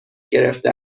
گرفته